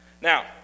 Now